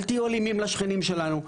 אל תהיו אלימים לשכנים שלנו?